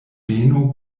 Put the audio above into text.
beno